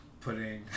putting